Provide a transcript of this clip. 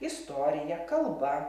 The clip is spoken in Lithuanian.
istorija kalba